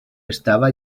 estava